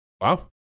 Wow